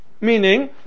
Meaning